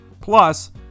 Plus